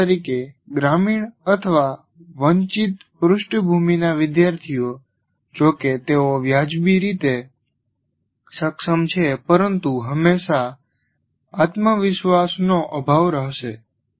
ઉદાહરણ તરીકે ગ્રામીણ અથવા વંચિત પૃષ્ઠભૂમિના વિદ્યાર્થીઓ જોકે તેઓ વ્યાજબી રીતે સક્ષમ છે પરતું હંમેશા આત્મવિશ્વાસનો અભાવ રહેશે